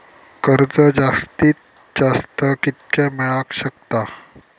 कर्ज जास्तीत जास्त कितक्या मेळाक शकता?